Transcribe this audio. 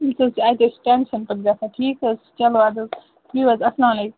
ٹھیٖک حظ چھُ اَسہِ حظ چھُ ٹیٚنشَن پَتہٕ گژھان ٹھیٖک حظ چھُ چلو اَدٕ حظ بِہِو حظ اَسلام علیکُم